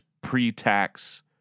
pre-tax